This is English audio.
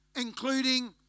including